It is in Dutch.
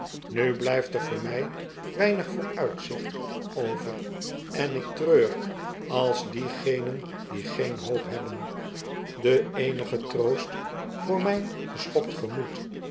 istu blijft er voor mij weinig vooruitzicht over en ik treur als diegenen die geen hoop hebben de eenige troost voor mijn geschokt gemoed